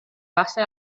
base